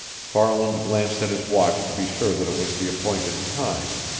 farland glanced at his watch to be sure that it was the appointed time.